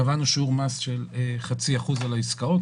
נקבע שיעור מס של חצי אחוז על העסקאות.